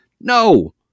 No